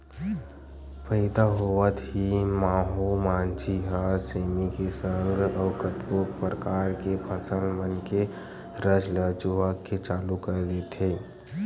पइदा होवत ही माहो मांछी ह सेमी के संग अउ कतको परकार के फसल मन के रस ल चूहके के चालू कर देथे